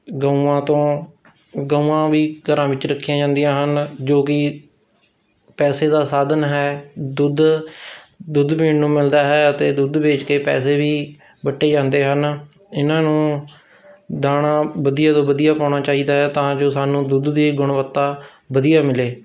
ਗਊਆਂ ਤੋਂ ਗਊਆਂ ਵੀ ਘਰਾਂ ਵਿੱਚ ਰੱਖੀਆਂ ਜਾਂਦੀਆਂ ਹਨ ਜੋ ਕਿ ਪੈਸੇ ਦਾ ਸਾਧਨ ਹੈ ਦੁੱਧ ਦੁੱਧ ਪੀਣ ਨੂੰ ਮਿਲਦਾ ਹੈ ਅਤੇ ਦੁੱਧ ਵੇਚ ਕੇ ਪੈਸੇ ਵੀ ਵੱਟੇ ਜਾਂਦੇ ਹਨ ਇਹਨਾਂ ਨੂੰ ਦਾਣਾ ਵਧੀਆ ਤੋਂ ਵਧੀਆ ਪਾਉਂਣਾ ਚਾਹੀਦਾ ਹੈ ਤਾਂ ਜੋ ਸਾਨੂੰ ਦੁੱਧ ਦੀ ਗੁਣਵੱਤਾ ਵਧੀਆ ਮਿਲੇ